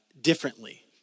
differently